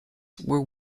were